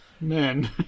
Men